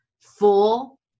full